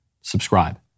subscribe